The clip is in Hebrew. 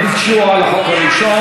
הם ביקשו על החוק הראשון.